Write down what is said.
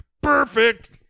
Perfect